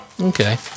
Okay